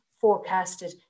forecasted